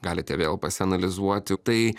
galite vėl pasianalizuoti tai